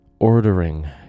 Ordering